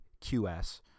Q-S